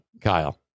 Kyle